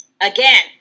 Again